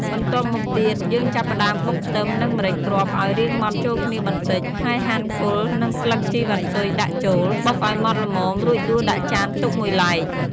បន្ទាប់មកទៀត យើងចាប់ផ្ដើមបុកខ្ទឹម និង ម្រេចគ្រាប់ឲ្យរាងម៉ដ្ឋចូលគ្នាបន្តិច ហើយហាន់គល់ និងស្លឹកជីវ៉ាន់ស៊ុយដាក់ចូល បុកឲ្យម៉ដ្ឋល្មម រួចដួសដាក់ចានទុកមួយឡែក។